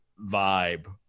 vibe